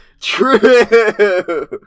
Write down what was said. True